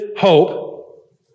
hope